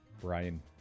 Brian